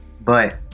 But-